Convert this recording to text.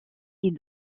est